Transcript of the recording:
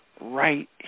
right